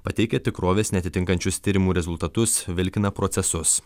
pateikia tikrovės neatitinkančius tyrimų rezultatus vilkina procesus